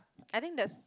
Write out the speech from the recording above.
I think there's